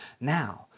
now